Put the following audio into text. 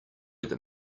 that